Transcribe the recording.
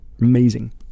amazing